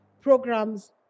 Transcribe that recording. programs